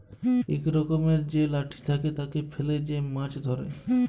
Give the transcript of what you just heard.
ইক রকমের যে লাঠি থাকে, তাকে ফেলে যে মাছ ধ্যরে